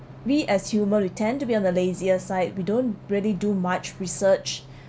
we as human we tend to be on the lazier side we don't really do much research